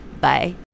bye